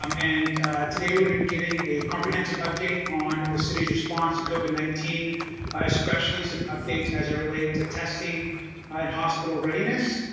um and today we're going to be giving a comprehensive update on the city's response to covid nineteen especially some updates as they relate to testing ah in hospital readiness.